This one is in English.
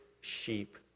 sheep